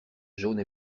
jaune